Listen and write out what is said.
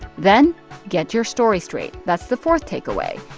then get your story straight. that's the fourth takeaway.